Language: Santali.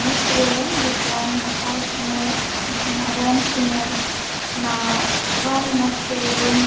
ᱵᱷᱤᱛ ᱨᱮ ᱡᱚᱠᱷᱚᱱ ᱟᱠᱟᱣ ᱥᱚᱢᱚᱭ ᱡᱟᱦᱟᱱᱟᱜ ᱨᱚᱝ ᱥᱚᱢᱚᱭ ᱚᱱᱟ ᱨᱚᱝ ᱢᱚᱡᱽ ᱛᱮ ᱵᱟᱹᱧ